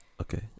Okay